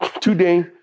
today